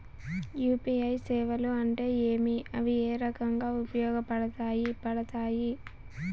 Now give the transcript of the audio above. UPI సేవలు అంటే ఏమి, అవి ఏ రకంగా ఉపయోగపడతాయి పడతాయి?